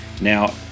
Now